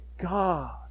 God